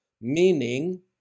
Meaning